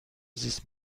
زیست